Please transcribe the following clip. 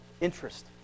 interest